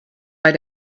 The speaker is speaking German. bei